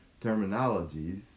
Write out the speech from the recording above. terminologies